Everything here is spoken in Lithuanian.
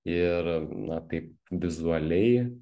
ir na taip vizualiai